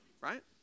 right